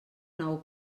nou